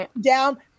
down